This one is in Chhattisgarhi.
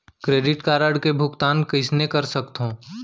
क्रेडिट कारड के भुगतान कइसने कर सकथो?